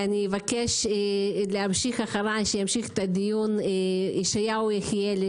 אבקש שימשיך את הדיון ישעיהו יחיאל,